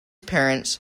parents